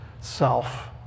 self